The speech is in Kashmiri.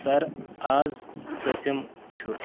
سَر اَز کٔژِم چھُ